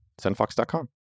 SendFox.com